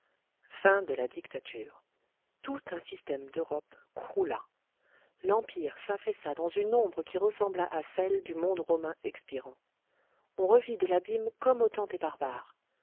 fin de la dictature tout un système d'europe croula l'empire s'affaissa dans une ombre qui ressembla à celle du monde romain expirant on revit de l'abîme comme au